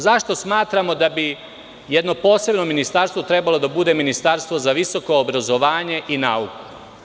Zašto smatramo da bi jedno posebno ministarstvo trebalo da bude Ministarstvo za visoko obrazovanje i nauku?